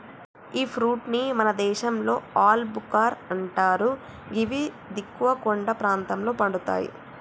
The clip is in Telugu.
గీ ఫ్రూట్ ని మన దేశంలో ఆల్ భుక్కర్ అంటరు గివి దిగువ కొండ ప్రాంతంలో పండుతయి